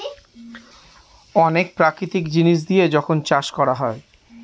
অনেক প্রাকৃতিক জিনিস দিয়ে যখন চাষ করা হয়